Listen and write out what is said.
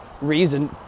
reason